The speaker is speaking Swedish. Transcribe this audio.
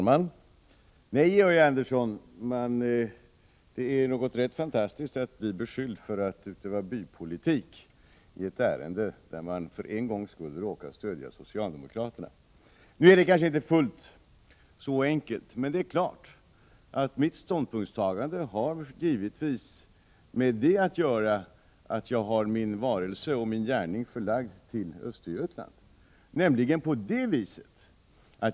Herr talman! Det är rätt fantastiskt att av Georg Andersson bli beskylld för att utöva bypolitik, i ett ärende där man för en gångs skull råkar stödja socialdemokraterna. Det är kanske inte fullt så enkelt, men mitt ståndpunktstagande har givetvis att göra med att jag har min varelse och min gärning förlagd till Östergötland.